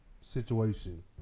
situation